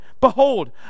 Behold